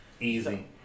Easy